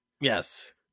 Yes